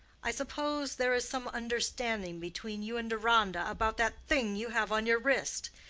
i suppose there is some understanding between you and deronda about that thing you have on your wrist.